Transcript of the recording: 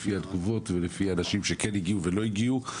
לפי התגובות ולפי דברי האנשים שכן הגיעו ולא הגיעו.